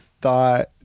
thought